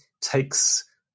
takes